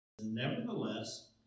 Nevertheless